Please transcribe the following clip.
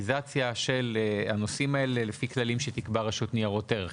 סטנדרטיזציה של הנושאים האלה לפי כללים שתקבע רשות ניירות ערך.